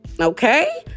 Okay